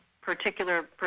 particular